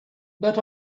but